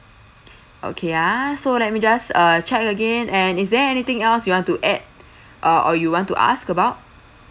okay ah so let me just uh check again and is there anything else you want to add uh or you want to ask about